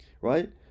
right